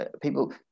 people